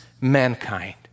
mankind